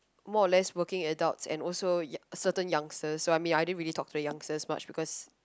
more or less working adults and also yo~ certain youngster I mean I don't really talk to the youngsters much because